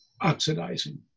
oxidizing